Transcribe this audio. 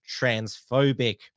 transphobic